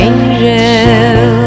Angel